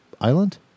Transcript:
island